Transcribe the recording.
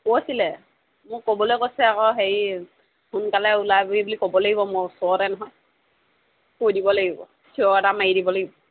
কৈছিলে মোক ক'বলৈ কৈছে আকৌ হেৰি সোনকালে ওলাবি বুলি ক'ব লাগিব মোৰ ওচৰতে নহয় কৈ দিব লাগিব চিঞৰ এটা মাৰি দিব লাগিব